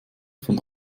von